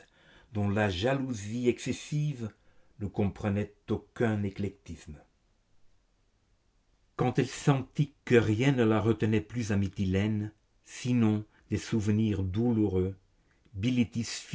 dont la jalousie excessive ne comprenait aucun éclectisme quand elle sentit que rien ne la retenait plus à mytilène sinon des souvenirs douloureux